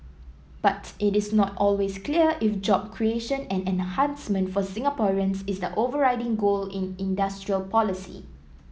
but it is not always clear if job creation and enhancement for Singaporeans is the overriding goal in industrial policy